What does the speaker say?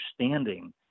understanding